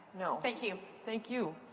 no. thank you. thank you.